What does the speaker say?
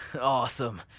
Awesome